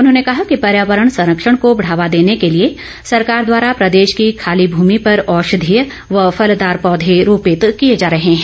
उन्होंने कहा कि पर्यावरण संरक्षण को बढ़ावा देने के लिए सरकार द्वारा प्रदेश की खाली भूमि पर औषधीय व फलदार पौधे रोपित किए जा रहे हैं